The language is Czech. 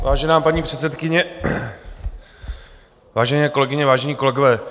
Vážená paní předsedkyně, vážené kolegyně, vážení kolegové.